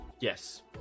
Yes